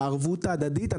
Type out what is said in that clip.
בערבות ההדדית,